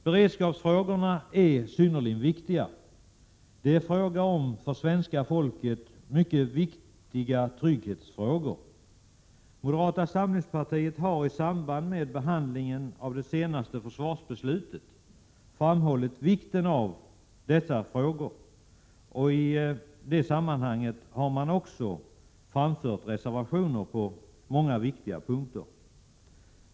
Beredskapsfrågorna är synnerligen viktiga. Det gäller för svenska folket mycket viktiga trygghetsfrågor. Moderata samlingspartiet har i samband med behandlingen av det senaste försvarsbeslutet framhållit vikten av dessa frågor och har i det sammanhanget också framfört reservationer på viktiga punkter.